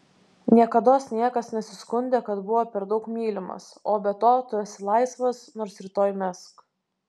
niekados niekas nesiskundė kad buvo per daug mylimas o be to tu esi laisvas nors rytoj mesk